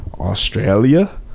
Australia